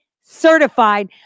certified